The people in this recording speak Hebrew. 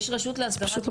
לא